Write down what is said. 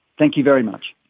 thank you very much.